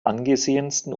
angesehensten